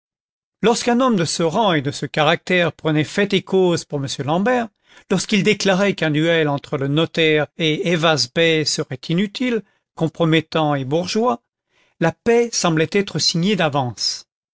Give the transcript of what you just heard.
lorsqu'un homme de ce rang et de ce caractère prenait fait et cause pour m l'ambert lorsqu'il déclarait qu'un duel entre le notaire et ayvaz bey serait inutile compromettant et bourgeois la paix semblait être signée d'avance